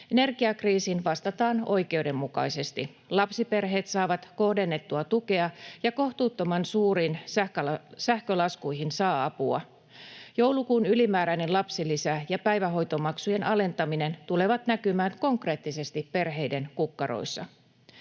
Energiakriisiin vastataan oikeudenmukaisesti: lapsiperheet saavat kohdennettua tukea ja kohtuuttoman suuriin sähkölaskuihin saa apua. Joulukuun ylimääräinen lapsilisä ja päivähoitomaksujen alentaminen tulevat näkymään konkreettisesti perheiden kukkaroissa.